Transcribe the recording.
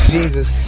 Jesus